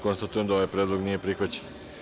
Konstatujem da ovaj predlog nije prihvaćen.